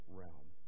realm